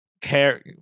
care